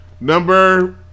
Number